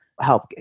help